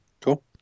Cool